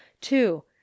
two